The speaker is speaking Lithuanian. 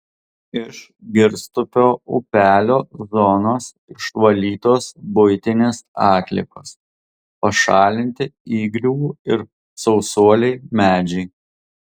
iš girstupio upelio zonos išvalytos buitinės atliekos pašalinti įgriuvų ir sausuoliai medžiai